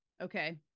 Okay